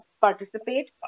participate